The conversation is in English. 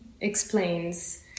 explains